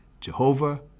Jehovah